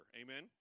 Amen